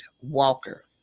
walker